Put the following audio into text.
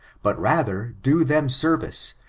but rather do them service,